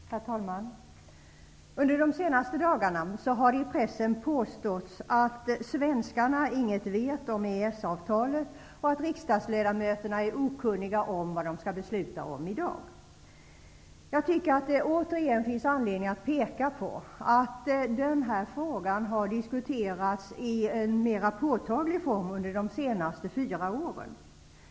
Herr talman! Under de senaste dagarna har det påståtts i pressen att svenskarna inte vet någonting om EES-avtalet och att riksdagsledamöterna är okunniga om vad de skall besluta om. Jag tycker att det återigen finns anledning att peka på att den här frågan har diskuterats påtagligt under de senaste fyra åren.